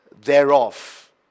thereof